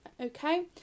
Okay